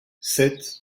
sept